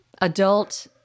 adult